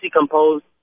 composed